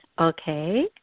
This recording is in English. okay